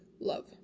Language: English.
love